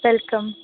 welcome